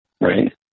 Right